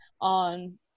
on